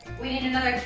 we need another